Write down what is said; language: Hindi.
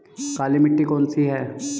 काली मिट्टी कौन सी है?